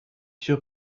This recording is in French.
sûr